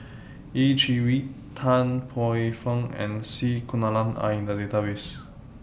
Yeh Chi Wei Tan Paey Fern and C Kunalan Are in The Database